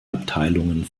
abteilungen